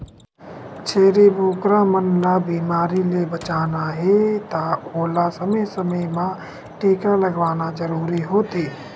छेरी बोकरा मन ल बेमारी ले बचाना हे त ओला समे समे म टीका लगवाना जरूरी होथे